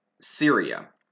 Syria